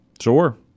Sure